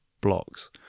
blocks